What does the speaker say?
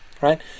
right